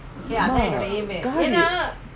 அம்மாகாடி:amma gaadi